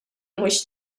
mhux